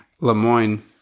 Lemoyne